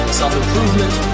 self-improvement